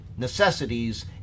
necessities